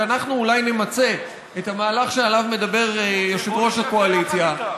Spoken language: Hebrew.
שאנחנו אולי נמצה את המהלך שעליו מדבר יושב-ראש הקואליציה,